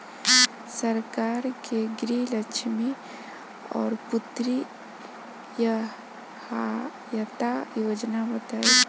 सरकार के गृहलक्ष्मी और पुत्री यहायता योजना बताईं?